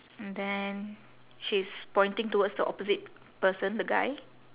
and then she's pointing towards the opposite person the guy